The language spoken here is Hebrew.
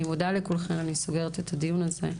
אני מודה לכולכן, אני סוגרת את הדיון הזה.